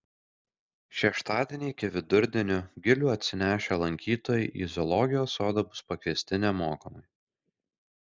šeštadienį iki vidurdienio gilių atsinešę lankytojai į zoologijos sodą bus pakviesti nemokamai